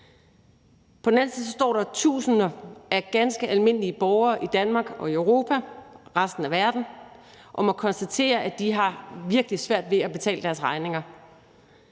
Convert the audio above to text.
På den anden side står der tusinder af ganske almindelige borgere i Danmark, i Europa og i resten af verden og må konstatere, at de har virkelig svært ved at betale deres regninger.